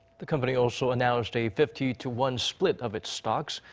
the company also announced a fifty to one split of its stocks.